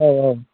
औ औ